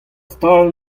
stal